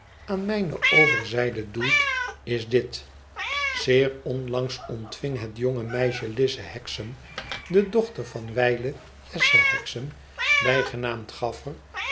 aan mijne overzijde doelt is dit zeer onlangs ontving het jonge meisje lize hexam de dochter van wijlen jesse hexam bijgenaamd gaffer